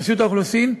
רשות האוכלוסין,